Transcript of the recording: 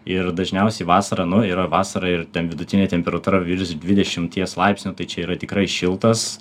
ir dažniausiai vasara nu yra vasara ir ten vidutinė temperatūra virš dvidešimties laipsnių tai čia yra tikrai šiltas